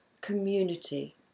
community